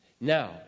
Now